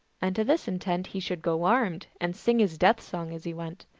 and to this intent he should go armed, and sing his death-song as he went.